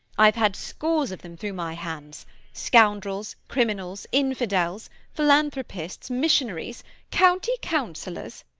i've had scores of them through my hands scoundrels, criminals, infidels, philanthropists, missionaries county councillors,